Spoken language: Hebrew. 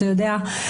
אתה יודע,